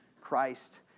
Christ